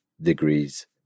degrees